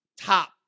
top